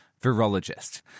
virologist